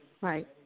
Right